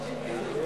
נגד.